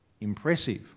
impressive